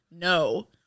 No